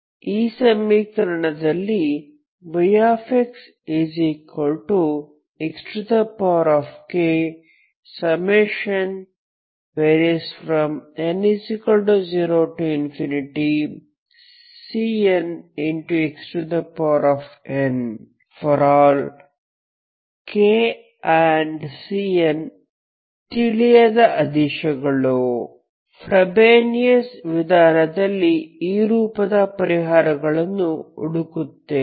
ಈ ಸಮೀಕರಣದಲ್ಲಿ yxxkn0Cnxn ∀ k Cn ತಿಳಿಯದ ಆದಿಶಗಳು ಫ್ರೋಬೆನಿಯಸ್ ವಿಧಾನದಲ್ಲಿ ಈ ರೂಪದ ಪರಿಹಾರಗಳನ್ನು ಹುಡುಕುತ್ತೇವೆ